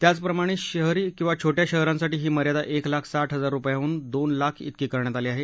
त्याचप्रमाणे शहरी किंवा छोट्या शहरांसाठी ही मर्यादा एक लाख साठ हजार रुपयांवरुन दोन लाख त्रिकी करण्यात आली आहे